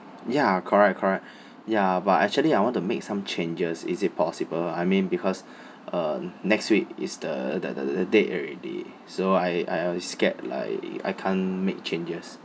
ya correct correct ya but actually I want to make some changes is it possible I mean because uh next week is the the the the date already so I I scared like I can't make changes